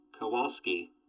Kowalski